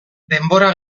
denbora